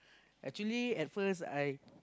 actually at first I